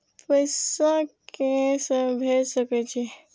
पैसा के से भेज सके छी?